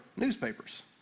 newspapers